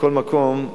מכל מקום,